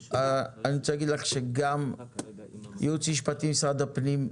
אני רוצה להגיד לך שגם ייעוץ משפטי של משרד הפנים,